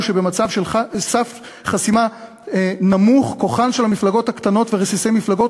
ש"במצב של סף חסימה נמוך כוחן של המפלגות הקטנות ורסיסי מפלגות